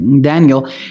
Daniel